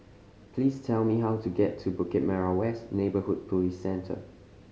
please tell me how to get to Bukit Merah West Neighbourhood Police Centre